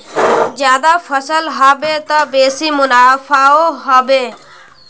ज्यादा फसल ह बे त बेसी मुनाफाओ ह बे